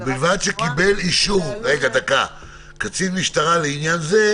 "ובלבד שקיבל אישור קצין משטרה לעניין זה"